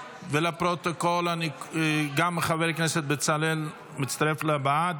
לפרוטוקול, גם חבר הכנסת בצלאל מצטרף, בעד.